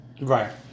Right